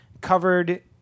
covered